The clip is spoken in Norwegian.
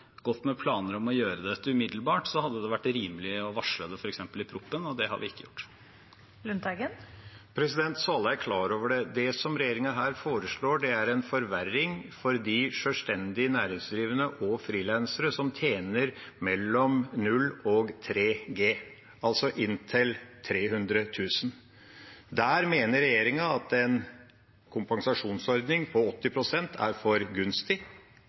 med planer om å gjøre dette umiddelbart, hadde det vært rimelig å varsle det f.eks. i proposisjonen, og det har vi ikke gjort. Så alle er klar over det: Det regjeringa her foreslår, er en forverring for sjølstendig næringsdrivende og frilansere som tjener mellom 0 og 3G, altså inntil 300 000 kr. For dem mener regjeringa at en kompensasjonsordning på 80 pst. er for gunstig.